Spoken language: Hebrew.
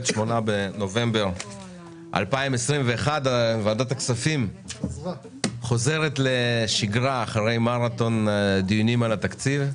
8 בנובמבר 2021. ועדת הכספים חוזרת לשגרה אחרי מרתון הדיונים על התקציב.